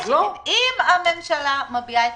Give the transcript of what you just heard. אם הממשלה מביעה הסכמתה,